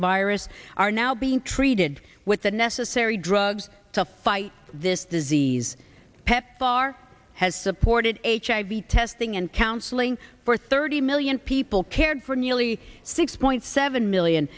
virus are now being treated with the necessary drugs to fight this disease pepfar has supported hiv testing and counseling for thirty million people cared for nearly six point seven million